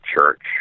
Church